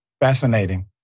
Fascinating